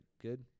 good